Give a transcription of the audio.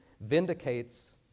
vindicates